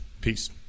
peace